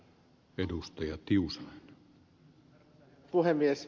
arvoisa puhemies